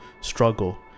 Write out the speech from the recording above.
struggle